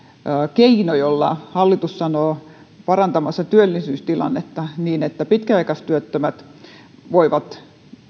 keino jolla hallitus sanoo parantavansa työllisyystilannetta niin että pitkäaikaistyöttömät voivat